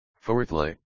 Fourthly